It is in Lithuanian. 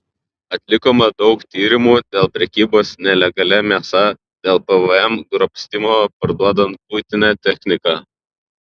atlikome daug tyrimų dėl prekybos nelegalia mėsa dėl pvm grobstymo parduodant buitinę techniką